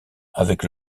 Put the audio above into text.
avec